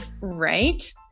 Right